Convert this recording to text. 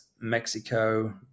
Mexico